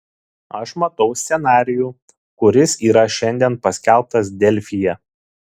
aš matau scenarijų kuris yra šiandien paskelbtas delfyje